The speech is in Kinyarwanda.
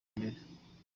mbere